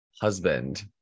husband